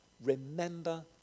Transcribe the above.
remember